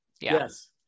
Yes